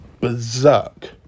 berserk